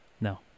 No